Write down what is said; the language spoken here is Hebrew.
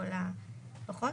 לכל הפחות,